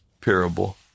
parable